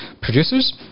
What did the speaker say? producers